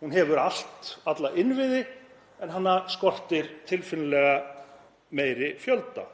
Hún hefur allt, alla innviði, en hana skortir tilfinnanlega meiri fjölda.